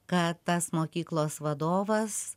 kad tas mokyklos vadovas